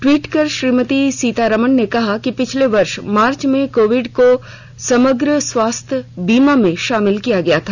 tweet कर श्रीमती सीतारामन ने कहा कि पिछले वर्ष मार्च में कोविड को समग्र स्वास्थ्य बीमा में शामिल किया गया था